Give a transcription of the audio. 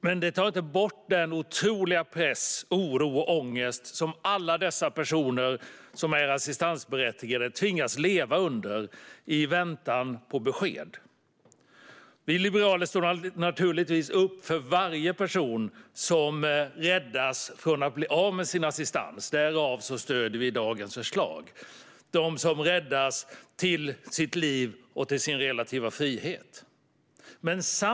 Men det tar inte bort den otroliga press, oro och ångest som alla dessa personer som är assistansberättigade tvingas leva med i väntan på besked. Vi liberaler står naturligtvis upp för varje person som räddas från att bli av med sin assistans, de som räddas till sitt liv och till sin relativa frihet. Därför stöder vi dagens förslag.